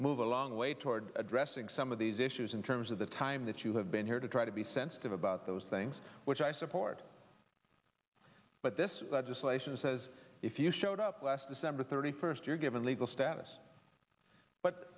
move a long way toward addressing some of these issues in terms of the time that you have been here to try to be sensitive about those things which i support but this legislation says if you showed up last december thirty first you're given legal status but